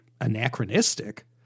anachronistic